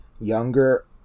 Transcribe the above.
younger